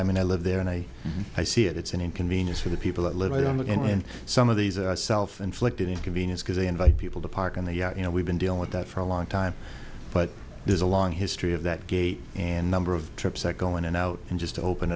i mean i live there and i i see it it's an inconvenience for the people that live by them and some of these self inflicted inconvenience because they invite people to park on the you know we've been dealing with that for a long time but there's a long history of that gate and number of trips that go in and out and just open